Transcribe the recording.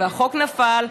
והחוק נפל,